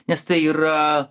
nes tai yra